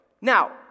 now